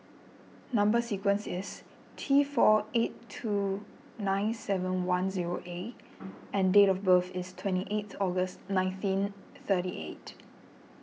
Number Sequence is T four eight two nine seven one zero A and date of birth is twenty eight August nineteen thirty eight